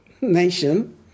nation